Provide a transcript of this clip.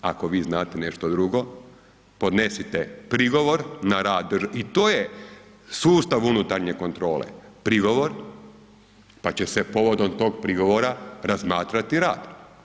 Ako vi znate nešto drugo, podnesite prigovor na rad, i to je sustav unutarnje kontrole, prigovor pa će se povodom tog prigovora razmatrati rad.